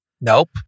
Nope